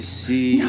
see